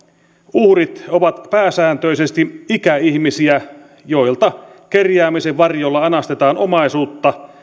uhrit ovat pääsääntöisesti ikäihmisiä joilta kerjäämisen varjolla anastetaan omaisuutta